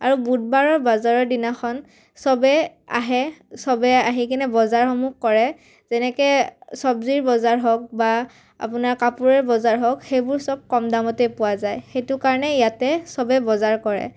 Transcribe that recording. আৰু বুধবাৰৰ বজাৰৰ দিনাখন চবে আহে চবে আহি কিনে বজাৰসমূহ কৰে যেনেকৈ চব্জিৰ বজাৰ হওক বা আপোনাৰ কাপোৰৰ বজাৰ হওক সেইবোৰ চব কম দামতে পোৱা যায় সেইটো কাৰণে ইয়াতে চবে বজাৰ কৰে